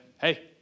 Hey